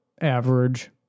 Average